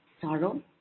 sorrow